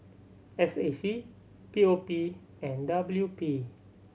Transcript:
S A C P O P and W P